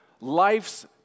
life's